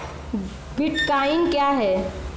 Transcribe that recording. Bitcoin क्या है?